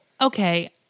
okay